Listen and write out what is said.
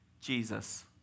Jesus